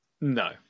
No